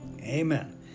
Amen